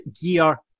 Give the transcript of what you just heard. gear